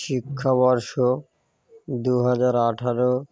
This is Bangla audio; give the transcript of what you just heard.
শিক্ষাবর্ষ দু হাজার আঠারো